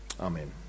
Amen